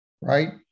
Right